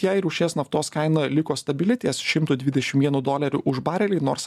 jei rūšies naftos kaina liko stabili ties šimtu dvidešim vienu doleriu už barelį nors